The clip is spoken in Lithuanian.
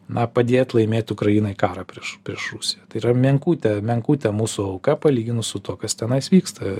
na padėt laimėt ukrainai karą prieš prieš rusiją tai yra menkutė menkutė mūsų auka palyginus su tuo kas tenais vyksta